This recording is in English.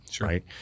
right